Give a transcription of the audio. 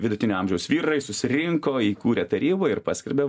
vidutinio amžiaus vyrai susirinko įkūrė tarybą ir paskelbė